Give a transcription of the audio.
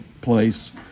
place